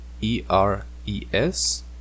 E-R-E-S